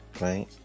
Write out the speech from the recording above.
right